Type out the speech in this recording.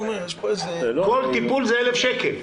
כל טיפול זה 1,000 שקל.